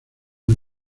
muy